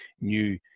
new